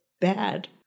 bad